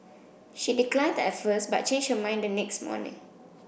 she declined at first but changed her mind the next morning